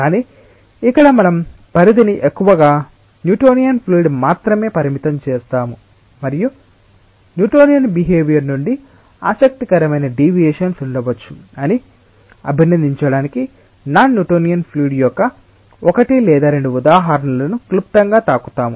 కానీ ఇక్కడ మన పరిధిని ఎక్కువగా న్యూటోనియన్ ఫ్లూయిడ్ మాత్రమే పరిమితం చేస్తాము మరియు న్యూటోనియన్ బిహేవియర్ నుండి ఆసక్తికరమైన డివియేషన్స్ ఉండవచ్చు అని అభినందించడానికి నాన్ న్యూటోనియన్ ఫ్లూయిడ్ యొక్క ఒకటి లేదా రెండు ఉదాహరణలను క్లుప్తంగా తాకుతాము